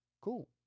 cool